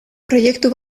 proiektu